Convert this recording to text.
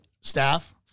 staff